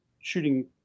shooting